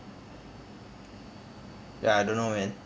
ya I don't know man